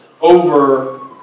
over